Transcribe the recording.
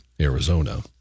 arizona